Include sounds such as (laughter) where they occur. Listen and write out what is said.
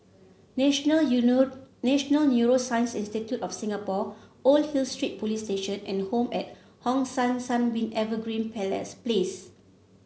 national (unintelligible) National Neuroscience Institute of Singapore Old Hill Street Police Station and Home at Hong San Sunbeam Evergreen palace Place